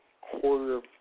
quarter